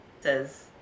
says